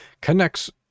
connects